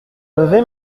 levé